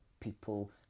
people